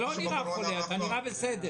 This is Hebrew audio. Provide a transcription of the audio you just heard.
אתה לא נראה חולה, אתה נראה בסדר.